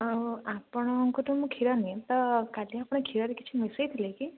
ଆଉ ଆପଣଙ୍କ ଠୁ ମୁଁ କ୍ଷୀର ନିଏ ତ କାଲି ଆପଣ କ୍ଷୀରରେ କିଛି ମିଶାଇଥିଲେ କି